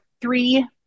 three